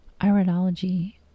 iridology